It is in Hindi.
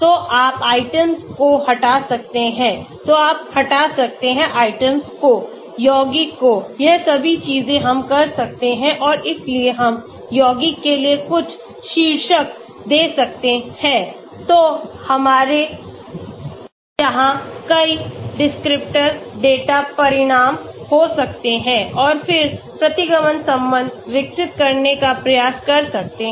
तो आप आइटम को हटा सकते हैं तो आप हटा सकते हैं आइटम को यौगिकों को यह सभी चीजें हम कर सकते हैं और इसलिए हम यौगिकों के लिए कुछ शीर्षक दे सकते हैं तो हमारे यहाँ कईडिस्क्रिप्टर डेटा परिणाम हो सकते हैं और फिर प्रतिगमन संबंध विकसित करने का प्रयास कर सकते हैं